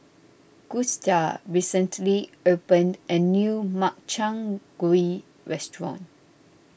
Gusta recently opened a new Makchang Gui Restaurant